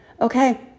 Okay